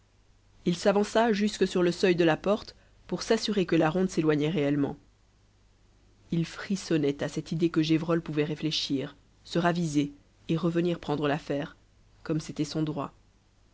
il s'avança jusque sur le seuil de la porte pour s'assurer que la ronde s'éloignait réellement il frissonnait à cette idée que gévrol pouvait réfléchir se raviser et revenir prendre l'affaire comme c'était son droit